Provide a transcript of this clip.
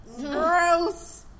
Gross